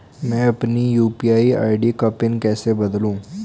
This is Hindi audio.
मैं अपनी यू.पी.आई आई.डी का पिन कैसे बदलूं?